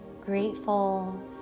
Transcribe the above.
grateful